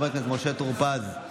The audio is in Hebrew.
חבר הכנסת משה טור פז,